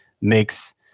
makes